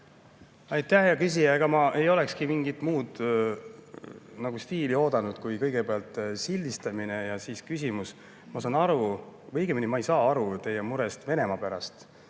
Aitäh, hea küsija! Ega ma ei oodanudki mingit muud stiili kui kõigepealt sildistamine ja siis küsimus. Ma saan aru või õigemini ma ei saa aru teie murest Venemaa pärast.